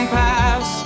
pass